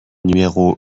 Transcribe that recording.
numéro